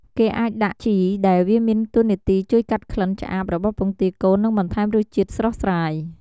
គេអាចដាក់ជីរដែលវាមានតួនាទីជួយកាត់ក្លិនឆ្អាបរបស់ពងទាកូន និងបន្ថែមរសជាតិស្រស់ស្រាយ។